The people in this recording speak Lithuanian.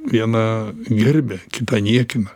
viena gerbia kitą niekina